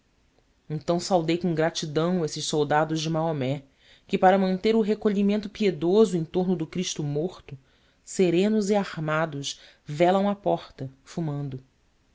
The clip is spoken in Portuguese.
então saudei com gratidão esses soldados de maomé que para manter o recolhimento piedoso em torno do cristo morto serenos e armados velam à porta fumando